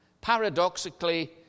Paradoxically